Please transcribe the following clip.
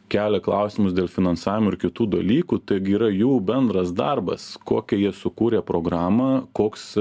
kelia klausimus dėl finansavimo ir kitų dalykų taigi yra jų bendras darbas kokią jie sukūrė programą koks